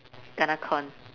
kena con